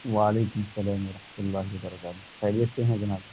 وعلیکم اسلام ورحمۃ اللہ و برکاتہ خیریت سے ہیں جناب